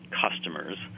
customers